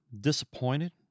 disappointed